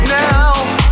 now